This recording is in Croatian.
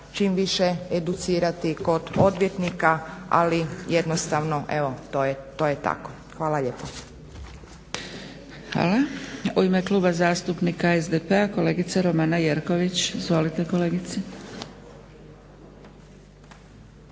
čim više educirati kod odvjetnika ali jednostavno evo to je tako. Hvala lijepa. **Zgrebec, Dragica (SDP)** Hvala. U ime Kluba zastupnika SDP-a kolegica Romana Jerković. Izvolite kolegice.